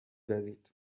دارید